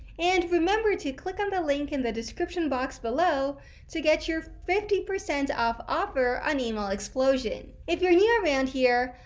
and remember to click on the link in the description box below to get your fifty percent off offer on email explosion. if you're new around here,